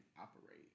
operate